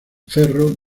ferro